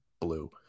blue